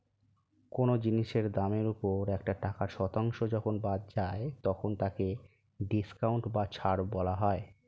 কোন জিনিসের দামের ওপর একটা টাকার শতাংশ যখন বাদ যায় তখন তাকে ডিসকাউন্ট বা ছাড় বলা হয়